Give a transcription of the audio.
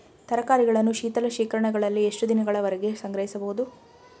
ತರಕಾರಿಗಳನ್ನು ಶೀತಲ ಶೇಖರಣೆಗಳಲ್ಲಿ ಎಷ್ಟು ದಿನಗಳವರೆಗೆ ಸಂಗ್ರಹಿಸಬಹುದು?